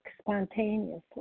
spontaneously